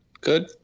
good